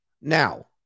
Now